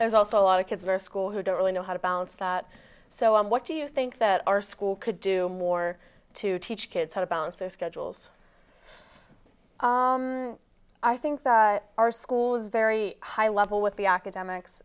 there's also a lot of kids or school who don't really know how to bounce that so on what do you think that our school could do more to teach kids how to balance their schedules i think that our school is very high level with the academics